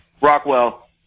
Rockwell